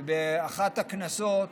באחת הכנסות